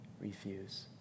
refuse